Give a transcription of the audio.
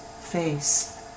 face